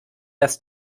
das